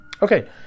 Okay